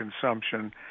consumption